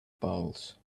bowls